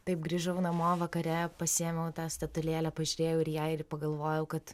taip grįžau namo vakare pasiėmiau tą statulėlę pažiūrėjau ir į ją ir pagalvojau kad